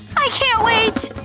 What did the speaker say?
i can't wait!